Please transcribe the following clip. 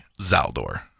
zaldor